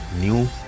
new